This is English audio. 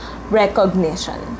Recognition